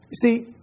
see